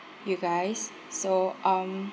you guys so um